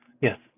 Yes